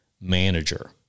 manager